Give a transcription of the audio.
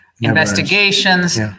investigations